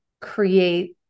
create